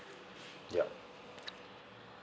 yup